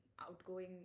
outgoing